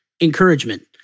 encouragement